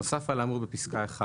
נוסף על האמור בפסקה (1),